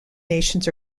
nations